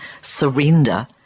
surrender